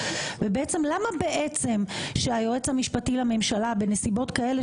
ובעצם למה שהיועץ המשפטי לממשלה בנסיבות כאלה,